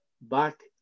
back